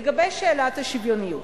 לגבי שאלת השוויוניות,